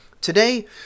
Today